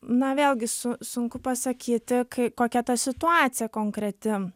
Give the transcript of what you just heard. na vėlgi su sunku pasakyti kokia ta situacija konkreti